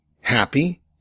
happy